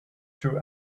two